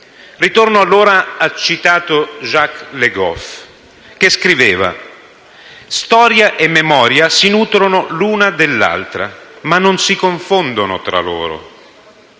Ritorno allora al citato Jacques Le Goff, che scriveva: «Storia e memoria si nutrono l'una dell'altra, ma non si confondono tra loro».